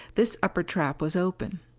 this upper trap was open.